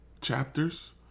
chapters